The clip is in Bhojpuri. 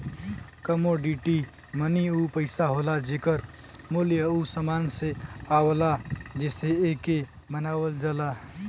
कमोडिटी मनी उ पइसा होला जेकर मूल्य उ समान से आवला जेसे एके बनावल जाला